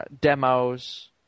demos